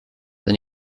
d’un